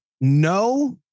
No